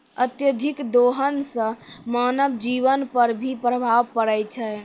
अत्यधिक दोहन सें मानव जीवन पर भी प्रभाव परै छै